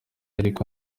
ariko